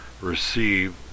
receive